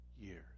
years